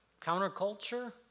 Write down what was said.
Counterculture